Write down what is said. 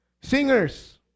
Singers